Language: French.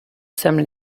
sommes